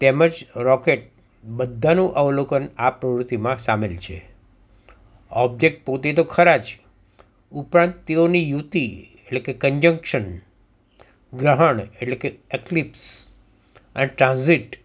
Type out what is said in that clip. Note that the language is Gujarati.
તેમજ રોકેટ બધાનું અવલોકન આ પ્રવૃતિમાં સામેલ છે ઓબ્જેક્ટ પોતે તો ખરાં જ ઉપરાંત તેઓની યુતિ એટલે કે કંજકસન ગ્રહણ એટલે કે એકલિપ્સ અને ટ્રાન્સઝીટ